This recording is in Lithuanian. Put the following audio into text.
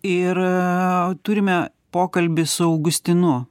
ir turime pokalbį su augustinu